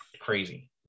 crazy